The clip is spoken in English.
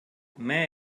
may